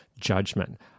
judgment